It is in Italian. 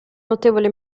notevole